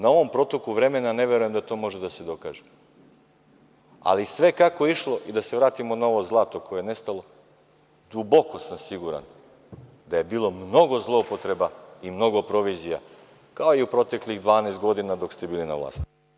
Na ovom protoku vremena ne verujem da to može da se dokaže, ali sve kako je išlo, i da se vratimo na ovo zlato koje je nestalo, duboko sam siguran da je bilo mnogo zloupotreba i mnogo provizija, kao i u proteklih 12 godina, kada ste bili na vlasti.